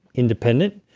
independent.